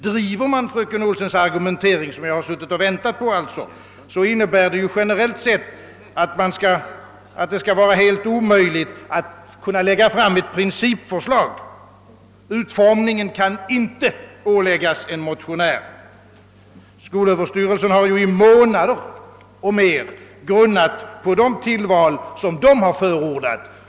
Driver man fröken Olssons argumentering vidare — vilket jag har suttit och väntat på —, innebär det generellt sett att det skulle vara helt omöjligt att lägga fram ett principförslag. Utformningen kan inte åläggas en motionär. Skolöverstyrelsen har i månader och mer grunnat på de tillvalsmöjligheter som man där har förordat.